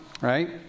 right